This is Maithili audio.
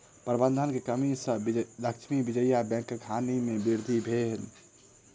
प्रबंधन के कमी सॅ लक्ष्मी विजया बैंकक हानि में वृद्धि भेल